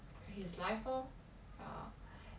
his life orh ya